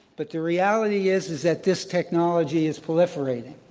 but the reality is is that this technology is proliferating,